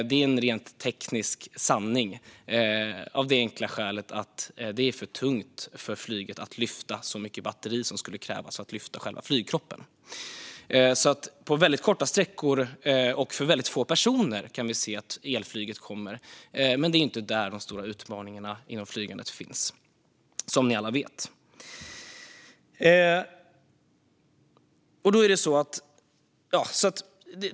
Det är en rent teknisk sanning av det enkla skälet att det är för tungt för flyget att lyfta så mycket batterivikt som skulle krävas för att lyfta själva flygkroppen. På väldigt korta sträckor och för väldigt få personer kan vi se att elflyget kommer, men det är inte där de stora utmaningarna inom flygandet finns, som ni alla vet.